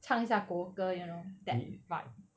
唱一下国歌 you know that vibe